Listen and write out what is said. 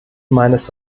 meines